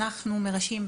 אנחנו מרשים,